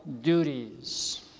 duties